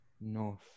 North